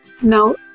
Now